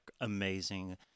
amazing